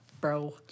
bro